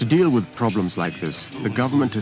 to deal with problems like has the government to